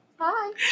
Hi